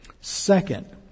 Second